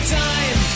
time